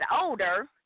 older